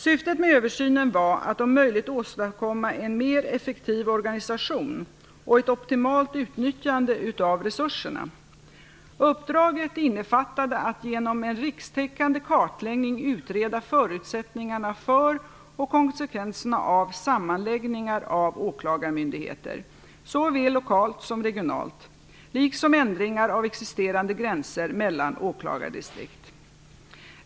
Syftet med översynen var att om möjligt åstadkomma en mer effektiv organisation och ett optimalt utnyttjande av resurserna. Uppdraget innefattade att genom en rikstäckande kartläggning utreda förutsättningarna för och konsekvenserna av sammanläggningar av åklagarmyndigheter, såväl lokalt som regionalt, liksom ändringar av existerande gränser mellan åklagardistrikt.